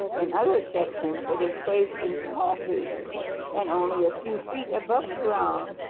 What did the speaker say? in other sections it is placed in small trees and only a few feet above the ground.